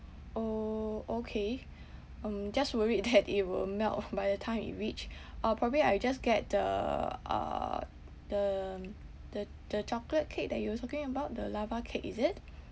orh okay um just worried that it will melt by the time it reach uh probably I just get the uh the um the the chocolate cake that you was talking about the lava cake is it